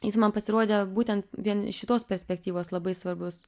jis man pasirodė būtent vien iš šitos perspektyvos labai svarbus